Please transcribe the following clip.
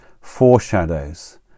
foreshadows